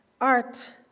art